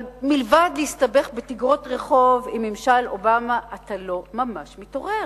אבל מלבד להסתבך בתגרות רחוב עם ממשל אובמה אתה לא ממש מתעורר.